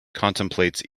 contemplates